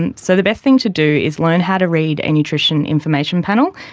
and so the best thing to do is learn how to read a nutrition information panel,